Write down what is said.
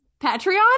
patreon